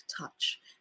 touch